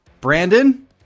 Brandon